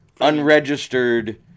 unregistered